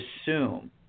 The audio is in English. assume